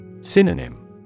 Synonym